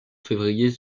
février